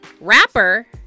rapper